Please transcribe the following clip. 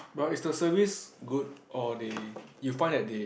but is the service good or they you find that they